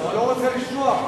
לא רוצה לשמוע.